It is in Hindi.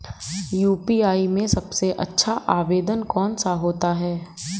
यू.पी.आई में सबसे अच्छा आवेदन कौन सा होता है?